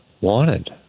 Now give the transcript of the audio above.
wanted